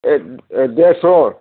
देरस'